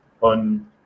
on